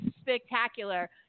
spectacular